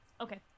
Okay